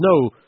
no